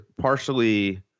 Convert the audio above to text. partially